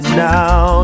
now